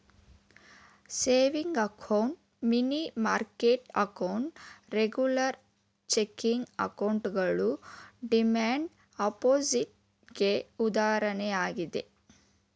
saving account, money market account, regular checking ಅಕೌಂಟ್ಗಳು demand deposit ಗೆ ಉದಾಹರಣೆಯಾಗಿದೆ